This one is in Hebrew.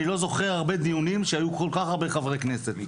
אני לא זוכר הרבה דיונים שהיו כל כך הרבה חברי כנסת.